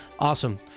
Awesome